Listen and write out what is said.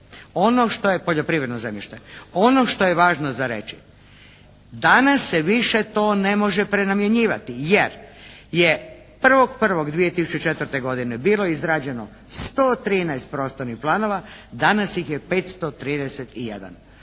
ono što je poljoprivredno zemljište, ono što je važno za reći danas se više to ne može prenamjenjivati jer je 1.1.2004. godine bilo izrađeno 113 prostornih planova, danas ih je 531.